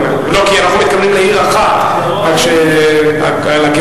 אנחנו מתכוונים לעיר אחת, על הגיאוגרפיה.